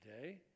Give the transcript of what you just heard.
today